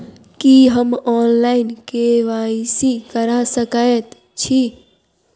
की हम online, KYC करा सकैत छी?